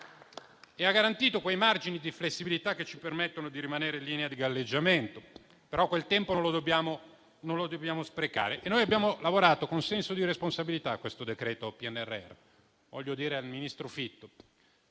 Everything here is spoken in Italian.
ha garantito quei margini di flessibilità che ci permettono di rimanere sulla linea di galleggiamento; però, quel tempo non lo dobbiamo sprecare. Abbiamo lavorato con senso di responsabilità al decreto-legge sul PNRR. E al ministro Fitto,